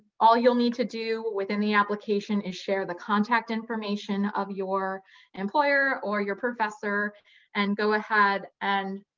all you'll need to do within the application is share the contact information of your employer or your professor and go ahead and